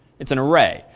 it's an array.